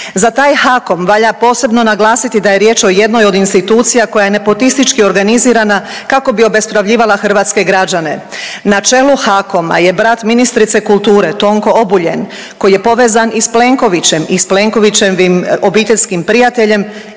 Za taj HAKOM valja posebno naglasiti da je riječ o jednoj od institucija koja je nepotistički organizirana kako bi obespravljivala hrvatske građane. Na čelu HAKOM-a je brat ministrice kulture Tonko Obuljen koji je povezan i s Plenkovićem i s Plenkovićevim obiteljskim prijateljem